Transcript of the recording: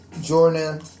Jordan